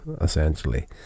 essentially